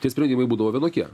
tie sprendimai būdavo vienokie